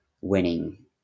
winning